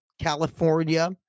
California